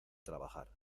trabajar